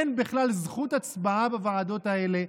אין בכלל זכות הצבעה בוועדות האלה.